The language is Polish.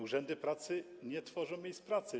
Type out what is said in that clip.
Urzędy pracy nie tworzą miejsc pracy.